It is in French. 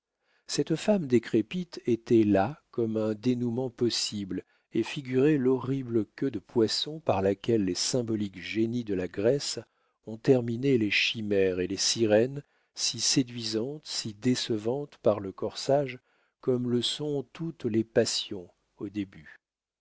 cette femme décrépite était là comme un dénoûment possible et figurait l'horrible queue de poisson par laquelle les symboliques génies de la grèce ont terminé les chimères et les sirènes si séduisantes si décevantes par le corsage comme le sont toutes les passions au début